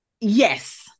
Yes